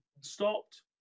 stopped